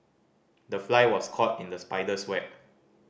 the fly was caught in the spider's web